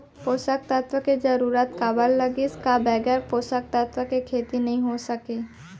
पोसक तत्व के जरूरत काबर लगिस, का बगैर पोसक तत्व के खेती नही हो सके?